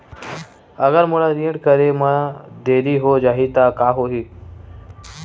अगर मोला ऋण करे म देरी हो जाहि त का होही?